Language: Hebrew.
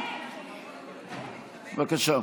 בבקשה.